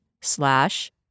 slash